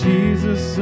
Jesus